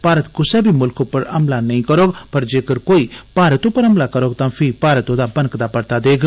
भारत कुसै बी मुलख उप्पर हमला नेई करोग पर जेकर कोई भारत उप्पर हमला करोग तां पही भारत ओहदा बनकदा परता देग